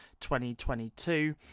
2022